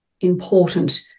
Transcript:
important